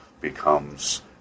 becomes